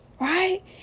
right